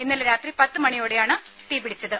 ഇന്നലെ രാത്രി പത്ത് മണിയോടെയാണ് തീ പിടിച്ചത്